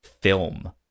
film